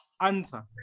Answer